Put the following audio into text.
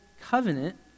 covenant